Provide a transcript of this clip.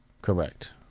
Correct